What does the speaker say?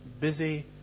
busy